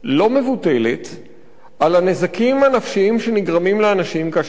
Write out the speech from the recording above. על הנזקים הנפשיים שנגרמים לאנשים כאשר הם נמצאים באזיק אלקטרוני.